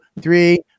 three